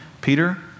Peter